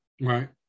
Right